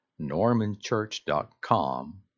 normanchurch.com